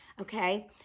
okay